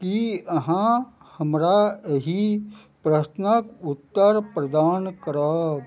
कि अहाँ हमरा एहि प्रश्नके उत्तर प्रदान करब